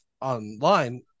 online